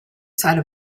side